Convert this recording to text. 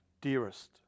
dearest